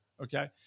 Okay